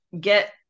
get